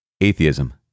Atheism